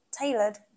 tailored